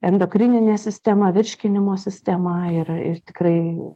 endokrininė sistema virškinimo sistema ir ir tikrai